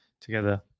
together